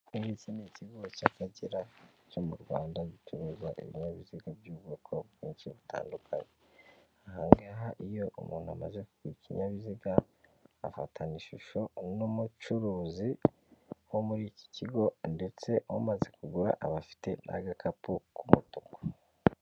Iki ni ikigo cy'akagera cyo mu Rwanda gicuruza ibinyabiziga by'ubwoko bwinshi butandukanye. Aha ngaha iyo umuntu amaze kugura ikinyabiziga, afatana ishusho n'umucuruzi wo muri iki kigo ndetse umaze kugura aba afite n'agakapu k'umutuku.